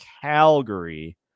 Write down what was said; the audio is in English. Calgary